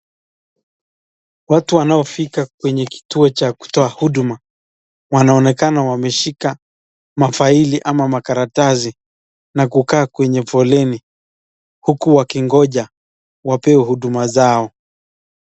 Watu wanaofika kwenye kituo cha kutoa huduma, wanaonekana wameshika mafaili ama makaratasi na kukaa kwenye foleni, huku wakingoja, wapewe huduma zao.